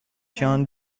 gens